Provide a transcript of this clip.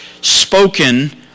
spoken